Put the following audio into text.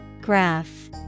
Graph